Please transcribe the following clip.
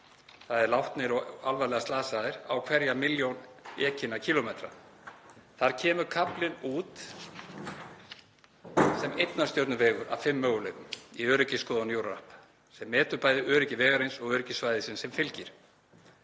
(þ.e. látnir og alvarlega slasaðir á hverja milljón ekinna kílómetra). Þá kemur kaflinn út sem einnar stjörnu vegur af fimm mögulegum í öryggisskoðun EuroRAP, sem metur öryggi vegarins og öryggissvæðisins sem fylgir.